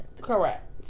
Correct